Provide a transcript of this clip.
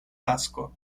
tasko